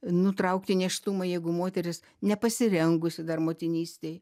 nutraukti nėštumą jeigu moteris nepasirengusi dar motinystei